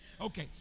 Okay